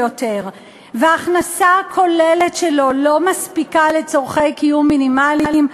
וההכנסה הכוללת שלו לא מספיקה לצורכי קיום מינימליים,